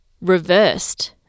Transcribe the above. reversed